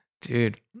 dude